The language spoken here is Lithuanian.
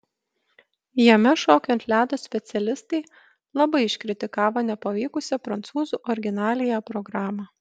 jame šokių ant ledo specialistai labai iškritikavo nepavykusią prancūzų originaliąją programą